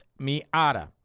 Miata